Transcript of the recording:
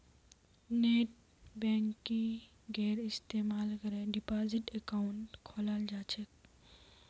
नेटबैंकिंगेर इस्तमाल करे डिपाजिट अकाउंट खोलाल जा छेक